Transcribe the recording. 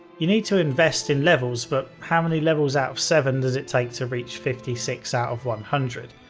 you need to invest in levels but how many levels out of seven does it take to reach fifty six out of one hundred.